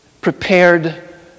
prepared